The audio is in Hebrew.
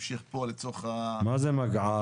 מה זה מגע"ר?